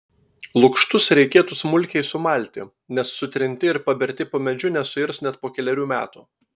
lukštus reikėtų smulkiai sumalti nes sutrinti ir paberti po medžiu nesuirs net po kelerių metų